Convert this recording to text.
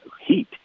heat